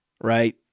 right